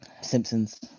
Simpsons